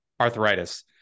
arthritis